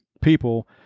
people